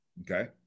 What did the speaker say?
Okay